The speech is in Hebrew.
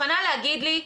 את מוכנה להגיד לי,